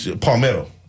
Palmetto